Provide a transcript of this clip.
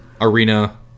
Arena